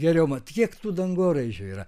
geriau mat kiek tų dangoraižių yra